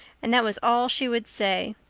and that was all she would say.